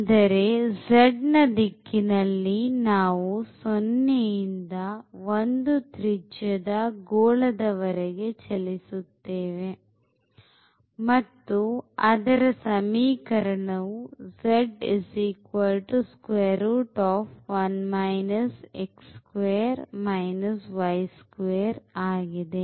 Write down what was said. ಅಂದರೆ z ನ ದಿಕ್ಕಿನಲ್ಲಿ ನಾವು 0 ಇಂದ 1 ತ್ರಿಜ್ಯದ ಗೋಳದ ವರೆಗೆ ಚಲಿಸುತ್ತೇವೆ ಮತ್ತು ಅದರ ಸಮೀಕರಣವು z ಆಗಿದೆ